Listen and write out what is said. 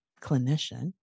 clinician